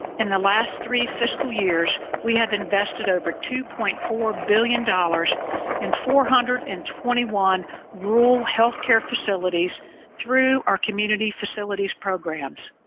in the last three fiscal years we have invested over two point four billion dollars in four hundred and twenty one rural health care facilities through our community facilities programs.